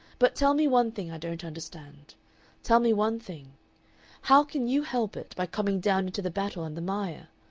but tell me one thing i don't understand tell me one thing how can you help it by coming down into the battle and the mire?